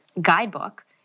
guidebook